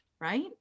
right